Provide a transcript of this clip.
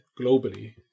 globally